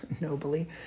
nobly